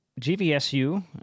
GVSU